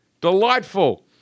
Delightful